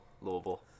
Louisville